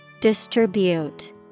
Distribute